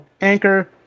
Anchor